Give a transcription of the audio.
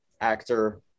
actor